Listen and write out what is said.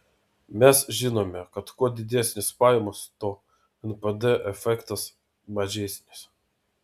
mes žinome kad kuo didesnės pajamos tuo npd efektas mažesnis